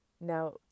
Now